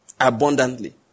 abundantly